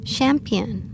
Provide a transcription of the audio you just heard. Champion